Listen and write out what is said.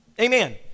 Amen